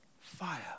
fire